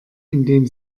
indem